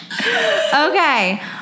Okay